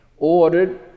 ordered